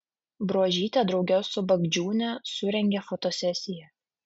bruožytė drauge su bagdžiūne surengė fotosesiją